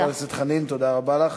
תודה רבה.